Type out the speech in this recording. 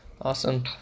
Awesome